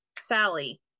Sally